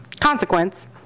consequence